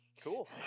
Cool